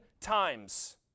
times